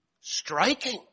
Striking